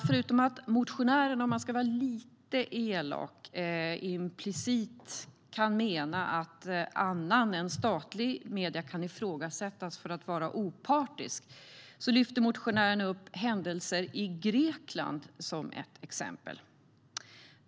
Förutom att motionärerna, om jag ska vara lite elak, implicit kan mena att andra än statliga mediers opartiskhet kan ifrågasättas lyfter motionärerna upp händelser i Grekland som ett exempel.